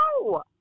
No